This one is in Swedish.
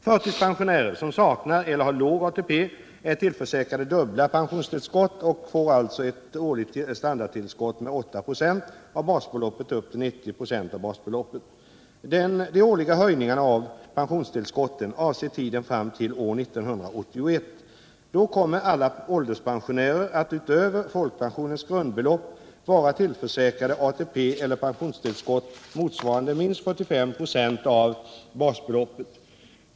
Förtidspensionärer som saknar eller har låg ATP är tillförsäkrade dubbla pensionstillskott och får alltså ett årligt standardtillskott med 8 926 av basbeloppet upp till 90 926 av basbeloppet. De årliga höjningarna av pensionstillskotten avser tiden fram till år 1981. Då kommer alla ålderspensionärer att utöver folkpensionens grundbelopp vara tillförsäkrade ATP eller pensionstillskott motsvarande minst 45 926 av basbeloppet.